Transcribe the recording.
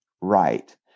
right